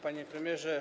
Panie Premierze!